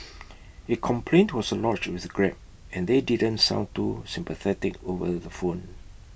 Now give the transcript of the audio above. A complaint was lodged with grab and they didn't sound too sympathetic over the phone